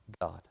God